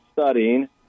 studying